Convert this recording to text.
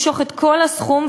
למשוך את כל הסכום,